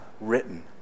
written